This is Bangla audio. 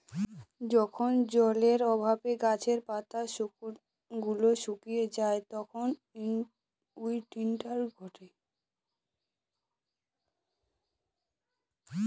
যখন জলের অভাবে গাছের পাতা গুলো শুকিয়ে যায় তখন উইল্টিং ঘটে